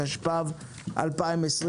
התשפ"ב-2021.